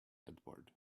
edward